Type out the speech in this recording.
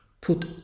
put